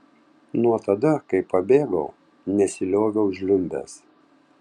nuo tada kai pabėgau nesilioviau žliumbęs